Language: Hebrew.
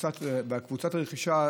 וקבוצת הרכישה,